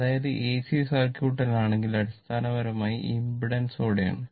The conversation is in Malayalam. അതായത് AC സർക്യൂട്ടിലാണെങ്കിൽ അടിസ്ഥാനപരമായി ഇംപെഡൻസോടെയാണ്